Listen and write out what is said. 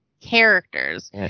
characters